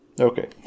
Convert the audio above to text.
Okay